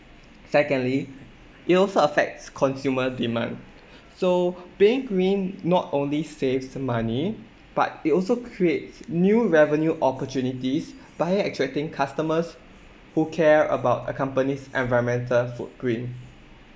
secondly it also affects consumer demand so being green not only save some money but it also creates new revenue opportunities by attracting customers who care about a company's environmental footprint